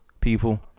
people